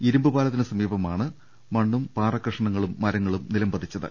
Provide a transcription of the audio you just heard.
ഇരുമ്പുപാലത്തിന് സമീപമാണ് മണ്ണും പാറക്ക ഷണങ്ങളും മരങ്ങളും നിലം പതിച്ചത്